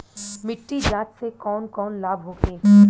मिट्टी जाँच से कौन कौनलाभ होखे?